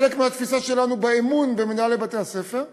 חלק מהתפיסה שלנו לאמון במנהלי בתי-הספר.